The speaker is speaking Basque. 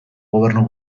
gobernu